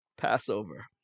Passover